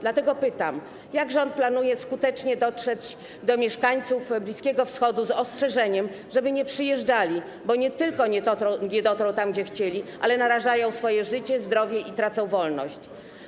Dlatego pytam: Jak rząd planuje skutecznie dotrzeć do mieszkańców Bliskiego Wschodu z ostrzeżeniem, żeby nie przyjeżdżali, bo nie tylko nie dotrą tam, gdzie chcieli, ale również narażą swoje życie, zdrowie i stracą wolność?